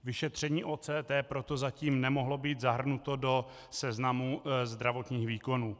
Vyšetření OCT proto zatím nemohlo být zahrnuto do seznamu zdravotních výkonů.